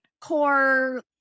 core